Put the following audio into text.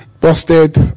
busted